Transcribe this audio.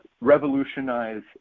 revolutionize